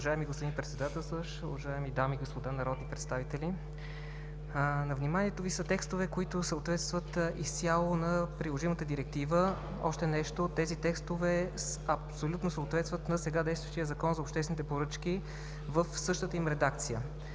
Уважаеми господин Председателстващ, уважаеми дами и господа народни представители! На вниманието Ви са текстове, които съответстват изцяло на приложимата директива: те абсолютно съответстват на сега действащия Закон за обществените поръчки, в същата им редакция.